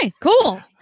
cool